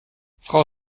frau